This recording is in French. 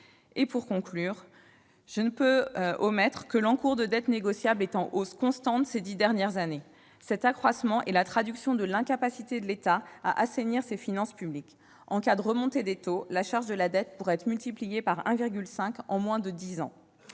à plus de 10 milliards d'euros. Enfin, l'encours de dette négociable est en hausse constante ces dix dernières années. Cet accroissement traduit l'incapacité de l'État à assainir ses finances publiques. En cas de remontée des taux, la charge de la dette pourrait être multipliée par 1,5 en moins de dix ans.